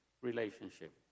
relationship